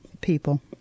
people